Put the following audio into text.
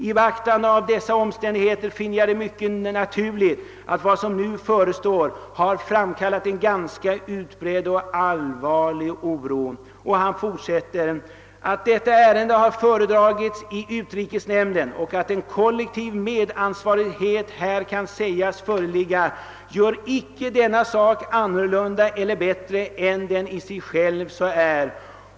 I betraktande av dessa omständigheter finner jag det mycket naturligt att vad som nu förestår har framkallat en ganska utbredd och allvarlig oro.» Han fortsätter: »Att detta ärende har föredragits i utrikesnämnden och att en kollektiv medansvarighet här kan sägas föreligga, gör icke denna sak annorlunda eller bättre än den i sig själv är.